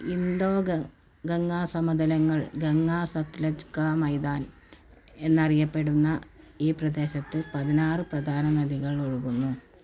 Indo Ganga സമതലങ്ങൾ ഗംഗ സത്ലജ് കാ മൈദാൻ എന്നറിയപ്പെടുന്ന ഈ പ്രദേശത്ത് പതിനാറ് പ്രധാന നദികള് ഒഴുകുന്നു